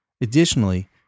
Additionally